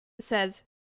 says